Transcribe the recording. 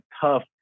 tough